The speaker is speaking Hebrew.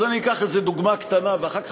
אז אני אקח איזה דוגמה קטנה ואחר כך